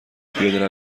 پیاده